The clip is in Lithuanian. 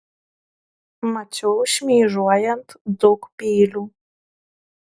mačiau šmėžuojant daug peilių